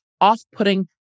off-putting